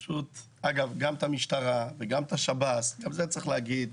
אגב, גם המשטרה וגם השב"ס, גם את זה צריך להגיד.